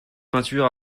peinture